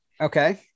okay